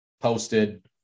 posted